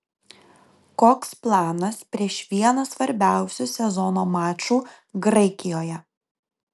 koks planas prieš vieną svarbiausių sezono mačų graikijoje